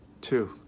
Two